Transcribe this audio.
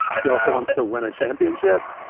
he also wants to win a championship.